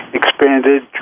expanded